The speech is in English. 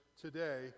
today